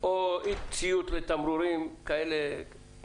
או של אי-ציות לתמרורים מסוכנים.